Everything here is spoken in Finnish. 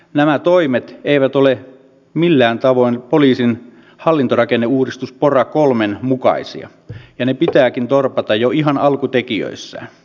nämä toimet eivät ole millään tavoin poliisin hallintorakenneuudistus pora iiin mukaisia ja ne pitääkin torpata jo ihan alkutekijöissään